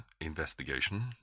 investigation